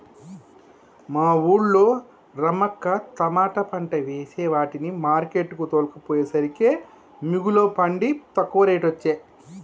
మా వూళ్ళో రమక్క తమాట పంట వేసే వాటిని మార్కెట్ కు తోల్కపోయేసరికే మిగుల పండి తక్కువ రేటొచ్చె